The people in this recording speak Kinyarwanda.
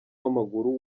w’amaguru